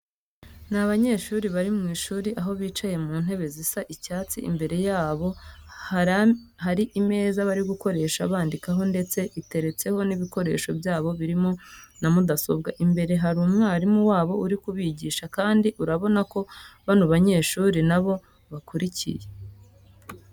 Ni abanyeshuri bari mu ishuri aho bicaye mu ntebe zisa icyatsi, imbere yabo hari imeza bari gukoresha bandikiraho ndetse iteretseho n'ibikoresho byabo birimo na mudasobwa. Imbere hari umwarimu wabo uri kubigisha kandi urabona ko bano banyeshuri na bo bakurikiye.